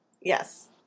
Yes